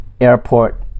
airport